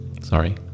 Sorry